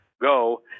go